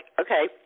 okay